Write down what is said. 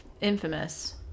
infamous